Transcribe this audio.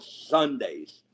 Sundays